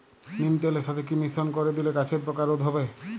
নিম তেলের সাথে কি মিশ্রণ করে দিলে গাছের পোকা রোধ হবে?